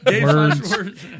Words